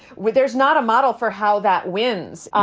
where there's not a model for how that wins.